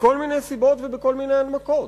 מכל מיני סיבות ובכל מיני הנמקות.